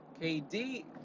KD